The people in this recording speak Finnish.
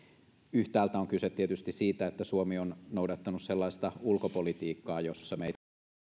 yhtäältä on tietysti kyse siitä että suomi on noudattanut sellaista ulkopolitiikkaa josta meitä